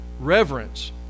reverence